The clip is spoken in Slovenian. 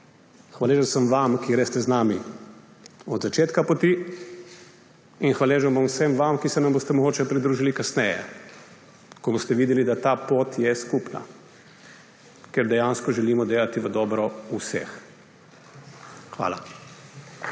Hvaležen sem vam, ki greste z nami od začetka poti, in hvaležen bom vsem vam, ki se nam boste mogoče pridružili kasneje, ko boste videli, da je ta pot skupna, ker dejansko želimo delati v dobro vseh. Hvala.